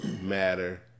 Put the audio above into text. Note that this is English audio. matter